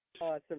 Awesome